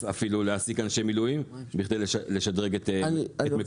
אפילו להעסיק אנשי מילואים בכדי לשדרג את מקומם.